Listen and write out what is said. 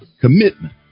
commitment